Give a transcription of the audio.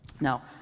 Now